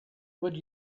would